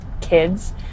kids